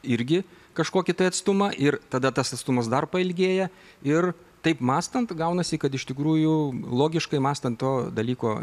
irgi kažkokį tai atstumą ir tada tas atstumas dar pailgėja ir taip mąstant gaunasi kad iš tikrųjų logiškai mąstant to dalyko